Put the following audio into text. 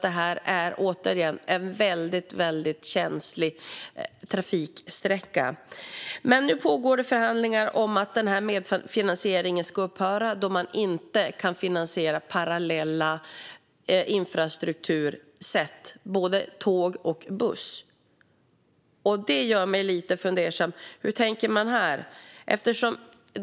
Det är återigen en väldigt känslig trafiksträcka. Nu pågår dock förhandlingar om att medfinansieringen ska upphöra då man inte kan finansiera parallella infrastruktursätt, alltså både tåg och buss. Det gör mig lite fundersam. Hur tänker man här?